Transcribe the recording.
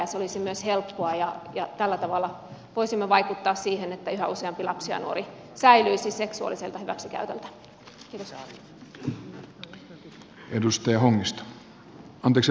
se olisi myös helppoa ja tällä tavalla voisimme vaikuttaa siihen että yhä useampi lapsi ja nuori säästyisi seksuaaliselta hyväksikäytöltä